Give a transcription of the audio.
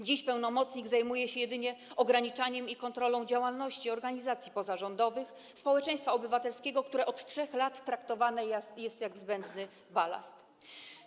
Dziś pełnomocnik zajmuje się jedynie ograniczaniem i kontrolą działalności organizacji pozarządowych, społeczeństwa obywatelskiego, które od 3 lat traktowane jest jak zbędny balast.